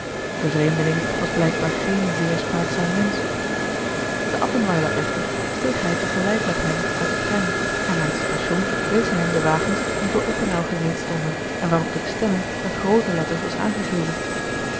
de vreemdeling was blijkbaar geen zeer spraakzaam mensch te appenweiler echter steeg hij te gelijk met hem uit den trein en aan het station wees hij hem de wagens die voor oppenau gereed stonden en waarop de bestemming met groote letters was aangegeven